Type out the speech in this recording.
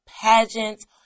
pageants